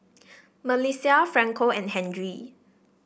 MelissiA Franco and Henry